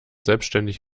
selbstständig